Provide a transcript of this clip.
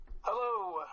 Hello